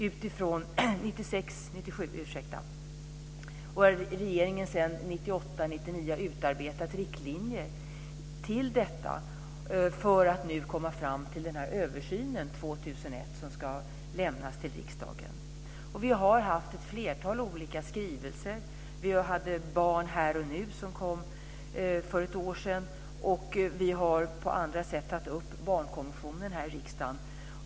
Under 1998 och 1999 har regeringen sedan utarbetat riktlinjer för detta för att nu komma fram till denna översyn 2001 som ska överlämnas till riksdagen. Vi har haft ett flertal olika skrivelser, t.ex. Barn här och nu som kom för ett år sedan, och vi har på andra sätt tagit upp barnkonventionen här i riksdagen.